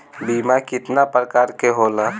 बीमा केतना प्रकार के होला?